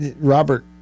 Robert